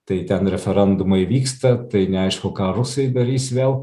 tai ten referendumai vyksta tai neaišku ką rusai darys vėl